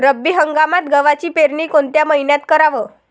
रब्बी हंगामात गव्हाची पेरनी कोनत्या मईन्यात कराव?